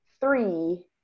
three